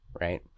right